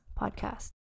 podcast